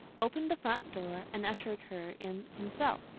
opened the front door, and ushered her in himself.